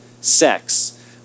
sex